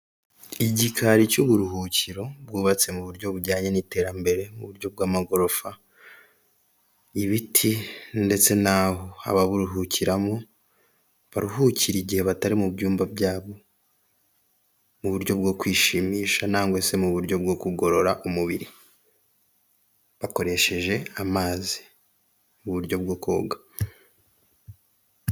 Igikari cy'uburuhukiro bwubatse mu buryo bujyanye n'iterambere mu buryo bw'amagorofa, ibiti ndetse n'aho ababuruhukiramo baruhukira igihe batari mu byumba byabo, mu buryo bwo kwishimisha nangwe se mu buryo bwo kugorora umubiri bakoresheje amazi, mu buryo bwo koga.